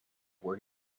where